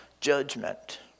judgment